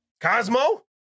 Cosmo